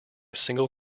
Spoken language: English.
single